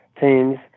teams